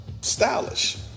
Stylish